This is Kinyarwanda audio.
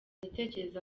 ndatekereza